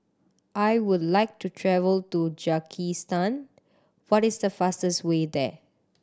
I would like to travel to Tajikistan what is the fastest way there